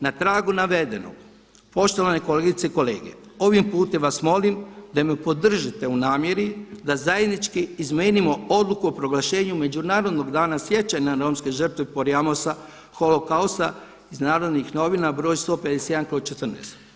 Na tragu navedenog poštovane kolegice i kolege, ovim putem vas molim da me podržite u namjeri da zajednički izmijenimo odluku o proglašenju Međunarodnog dana sjećanja na romske žrtve „porjamosa, holokausta“ iz Narodnih novina b. 151/14.